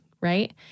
Right